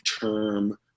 term